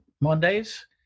Mondays